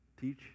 teach